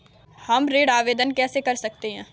हम ऋण आवेदन कैसे कर सकते हैं?